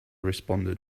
responded